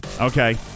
Okay